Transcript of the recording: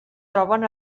troben